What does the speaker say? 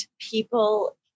people